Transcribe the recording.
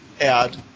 add